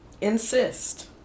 insist